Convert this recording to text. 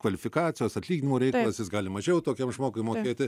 kvalifikacijos atlyginimo reikalas jis gali mažiau tokiam žmogui mokėti